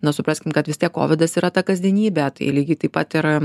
na supraskim kad tiek kovidas yra ta kasdienybė tai lygiai taip pat ir